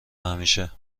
همیشه